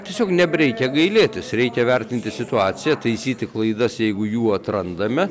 tiesiog nebereikia gailėtis reikia vertinti situaciją taisyti klaidas jeigu jų atrandame